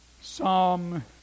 Psalm